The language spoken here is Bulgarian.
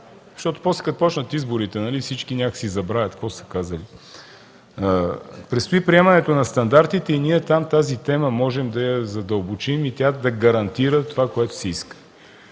защото след това като започнат изборите всички някак си забравят какво са казали. Предстои приемането на стандартите и ние тази тема можем да я задълбочим там и тя да гарантира това, което се иска.